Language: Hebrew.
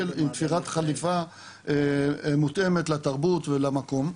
עם תפירת חליפה מותאמת לתרבות ולמקום.